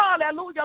Hallelujah